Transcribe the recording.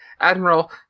Admiral